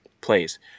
plays